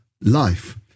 life